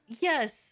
Yes